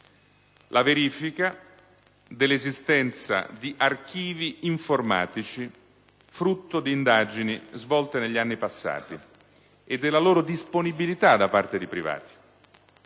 La verifica dell'esistenza di archivi informatici, frutto di indagini svolte negli anni passati e della loro disponibilità da parte di privati;